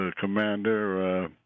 commander